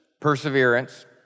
perseverance